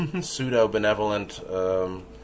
Pseudo-benevolent